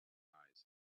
eyes